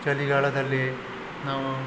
ಚಳಿಗಾಲದಲ್ಲಿ ನಾವು